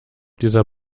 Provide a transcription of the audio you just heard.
dieser